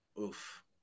Oof